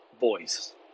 voice